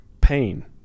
pain